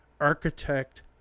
architect